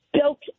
built